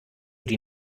die